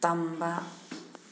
ꯇꯝꯕ